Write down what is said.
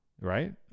Right